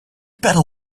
pedal